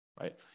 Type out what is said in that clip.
right